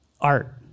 Art